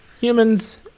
Humans